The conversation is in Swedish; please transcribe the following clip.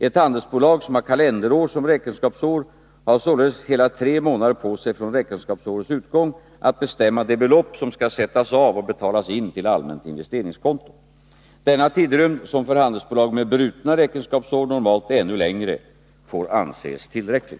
Ett handelsbolag som har kalenderår som räkenskapsår har således hela tre månader på sig från räkenskapsårets utgång att bestämma det belopp som skall sättas av och betalas in till allmänt investeringskonto. Denna tidrymd, som för handelsbolag med brutna räkenskapsår normalt är ännu längre, får anses tillräcklig.